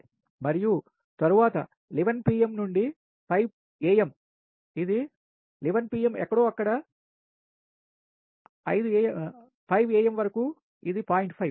మరియు తరువాత 11 pm నుండి 5 am ఇది 11 pm ఎక్కడో అక్కడ 5 am వరకు ఇది 0